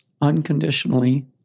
unconditionally